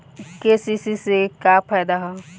KCC से का फायदा ह?